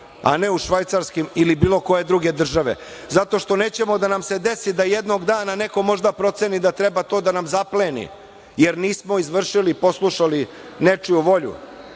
a ne u švajcarskim ili bilo koje druge države. Zato što nećemo da nam se desi da jednog dana neko možda proceni da treba to da nam zapleni, jer nismo izvršili, poslušali nečiju volju